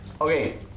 Okay